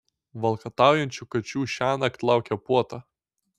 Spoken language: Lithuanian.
valkataujančių kačių šiąnakt laukia puota